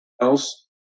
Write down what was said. else